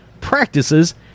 practices